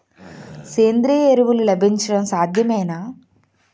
సేంద్రీయ ఎరువులు లభించడం సాధ్యమేనా?